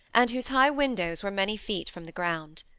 and whose high windows were many feet from the ground.